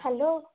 hello